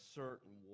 certain